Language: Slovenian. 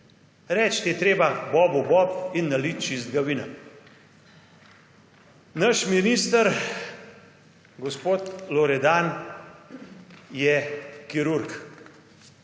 Reči je treba bobu bob in naliti čistega vina. Naš minister gospod Loredan, je kirurg.